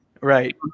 Right